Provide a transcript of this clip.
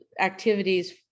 activities